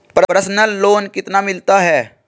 Personal loan कितना मिलता है?